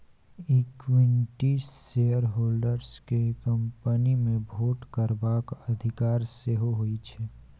equity shareholders केँ company मे vote करबाक अधिकार सेहो होइ छै